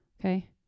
okay